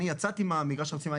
אני יצאתי ממרגש הרוסים,